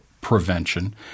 prevention